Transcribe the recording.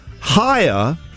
higher